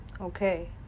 Okay